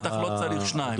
מקצועית בטח לא צריך שניים.